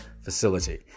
facility